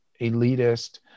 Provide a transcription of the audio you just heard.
elitist